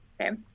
Okay